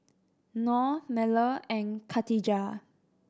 Nor Melur and Khatijah